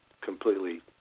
completely